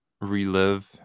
relive